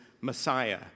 Messiah